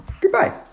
goodbye